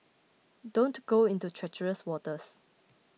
don't go into treacherous waters